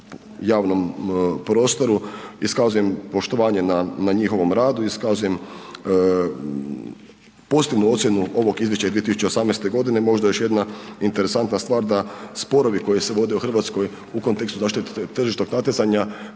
javnom prostoru, iskazujem poštovanje na, na njihovom radu, iskazujem pozitivnu ocjenu ovog izvješća iz 2018.g. Možda još jedna interesantna stvar, da sporovi koji se vode u RH u kontekstu zaštite tržišnog natjecanja